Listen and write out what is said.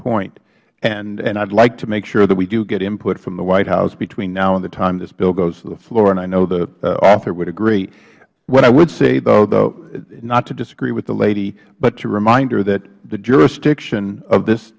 point and i would like to make sure that we do get input from the white house between now and the time this bill goes to the floor and i know the author would agree what i would say though not to disagree with the lady but to remind her that the jurisdiction of this